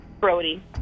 Brody